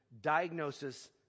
diagnosis